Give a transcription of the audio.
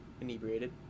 inebriated